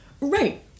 Right